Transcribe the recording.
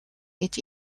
гэж